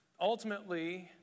ultimately